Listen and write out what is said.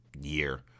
year